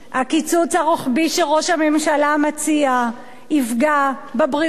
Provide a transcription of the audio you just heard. הקיצוץ הרוחבי שראש הממשלה מציע יפגע בבריאות,